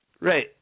right